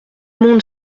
monde